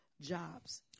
jobs